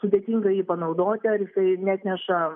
sudėtinga jį panaudoti ar jisai neatneša